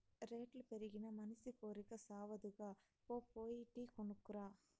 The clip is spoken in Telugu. రేట్లు పెరిగినా మనసి కోరికి సావదుగా, పో పోయి టీ కొనుక్కు రా